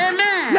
Amen